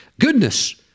goodness